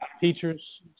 teachers